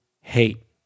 hate